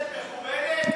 חברת כנסת מכובדת בבית הזה?